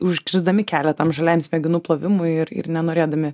užkirsdami kelią tam žaliajam smegenų plovimui ir ir nenorėdami